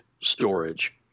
storage